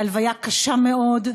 הלוויה קשה מאוד.